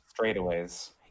straightaways